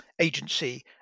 agency